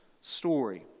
story